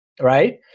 right